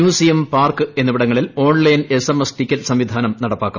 museum park എന്നിവിടങ്ങളിൽ online SMS ticket സംവിധാനം നടപ്പാക്കും